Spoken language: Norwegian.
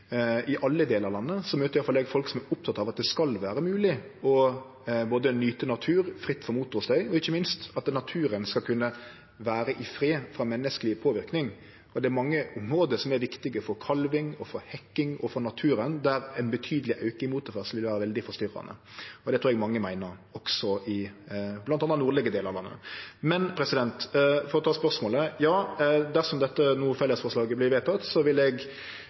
i alle delar av landet møter i alle fall eg folk som er opptekne av både at det skal vere mogleg å nyte natur fritt for motorstøy, og ikkje minst at naturen skal kunne vere i fred frå menneskeleg påverknad. Det er mange område som er viktige for kalving, for hekking og for naturen, der ein betydeleg auke i motorferdsel vil vere veldig forstyrrande. Det trur eg mange meiner, også i bl.a. nordlege delar av landet. Men for å ta spørsmålet: Ja, dersom dette fellesforslaget vert vedteke, vil eg følgje opp det. Då vil eg